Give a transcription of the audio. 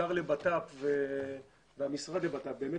השר לביטחון פנים והמשרד לביטחון פנים באמת